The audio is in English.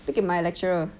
look at my lecturer